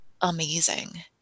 amazing